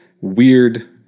weird